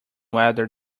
whether